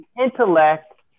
intellect